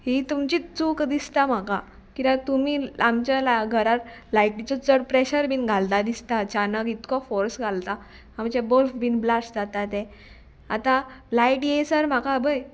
ही तुमची चूक दिसता म्हाका कित्याक तुमी आमच्या ला घराक लायटीचो चड प्रेशर बीन घालता दिसता छानक इतको फोर्स घालता आमचे बल्फ बीन ब्लास्ट जाता ते आतां लायट येसर म्हाका बय